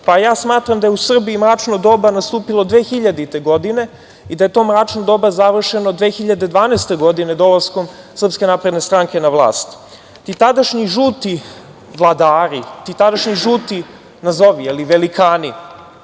doba. Smatram da je u Srbiji mračno doba nastupilo 2000. godine i da je to mračno doba završeno 2012. godine dolaskom SNS na vlast. Tadašnji žuti vladari, ti tadašnji žuti, nazovi velikani,